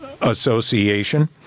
Association